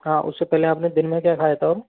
हाँ उससे पहले आपने दिन में क्या खाया था और